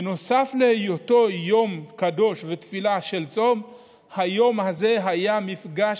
ובנוסף להיותו יום קדוש של תפילה ושל צום היום הזה היה מפגש